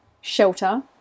shelter